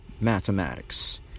mathematics